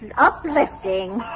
Uplifting